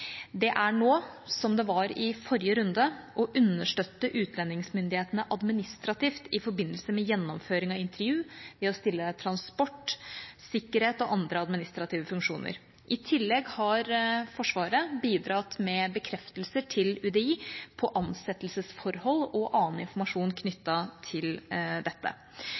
Det er nå, som det var i forrige runde, å understøtte utlendingsmyndighetene administrativt i forbindelse med gjennomføring av intervju, med transport og når det gjelder sikkerhet og andre administrative funksjoner. I tillegg har Forsvaret bidratt med bekreftelser til UDI på ansettelsesforhold og annen informasjon knyttet til dette.